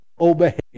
obey